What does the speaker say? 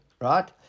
right